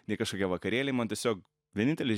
ne kažkokie vakarėliai man tiesiog vienintelis